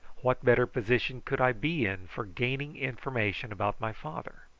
what better position could i be in for gaining information about my father?